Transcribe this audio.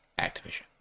Activision